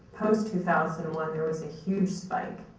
post two thousand and one, there was a huge spike.